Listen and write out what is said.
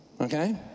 Okay